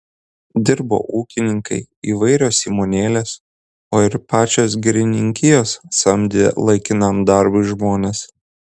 dirbo ūkininkai įvairios įmonėlės o ir pačios girininkijos samdė laikinam darbui žmones